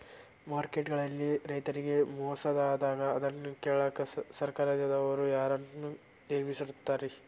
Market ಗಳಲ್ಲಿ ರೈತರಿಗೆ ಮೋಸ ಆದಾಗ ಅದನ್ನ ಕೇಳಾಕ್ ಸರಕಾರದವರು ಯಾರನ್ನಾ ನೇಮಿಸಿರ್ತಾರಿ?